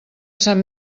sant